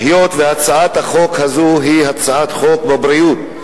היות שהצעת החוק הזאת נוגעת בבריאות,